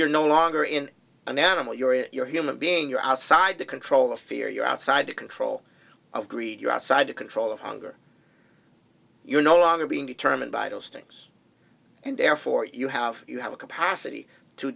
you're no longer in an animal you're in your human being you're outside the control of fear you're outside the control of greed you're outside of control of hunger you're no longer being determined by those things and therefore you have you have a capacity to